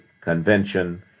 Convention